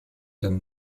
them